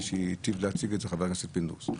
שהיטב להציג את זה חבר הכנסת פינדרוס.